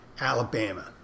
Alabama